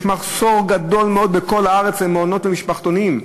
יש מחסור גדול מאוד בכל הארץ במעונות ובמשפחתונים.